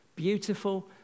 beautiful